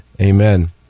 amen